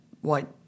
white